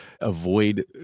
avoid